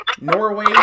Norway